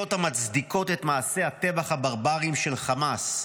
בקריאות המצדיקות את מעשי הטבח הברבריים של חמאס,